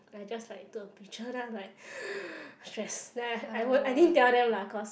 I just like took a picture then I was like stressed then I I won't I didn't tell them lah cause